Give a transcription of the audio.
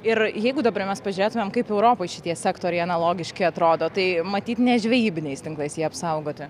ir jeigu dabar mes pažiūrėtumėm kaip europoj šitie sektoriai analogiški atrodo tai matyt ne žvejybiniais tinklais jie apsaugoti